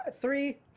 three